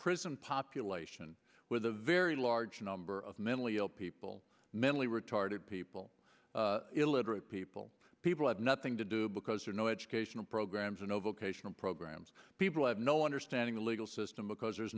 prison population with a very large number of mentally ill people mentally retarded people illiterate people people have nothing to do because they are no educational programs or no vocational programs people have no understanding the legal system because there's